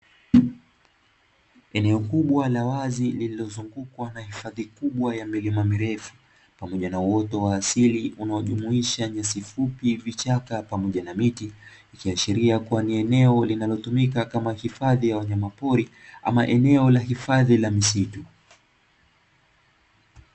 Eneo kubwa la wazi, lililozungukwa na hifadhi kubwa ya milima mirefu pamoja na uoto wa asili, unaojumuisha nyasi fupi, vichaka pamoja na miti, ikiashiria kuwa ni eneo linalotumika kama hifadhi ya wanyamapori, ama eneo la hifadhi la misitu.